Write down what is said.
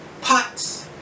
pots